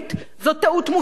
זאת טעות מוסרית.